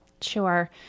Sure